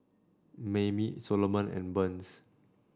Mayme Soloman and Burns